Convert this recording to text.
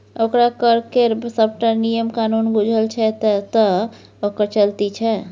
ओकरा कर केर सभटा नियम कानून बूझल छै तैं तँ ओकर चलती छै